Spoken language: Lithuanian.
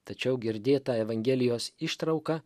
tačiau girdėta evangelijos ištrauka